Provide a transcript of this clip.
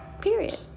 Period